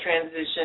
transition